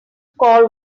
call